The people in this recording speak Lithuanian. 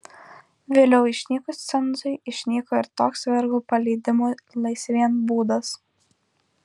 vėliau išnykus cenzui išnyko ir toks vergų paleidimo laisvėn būdas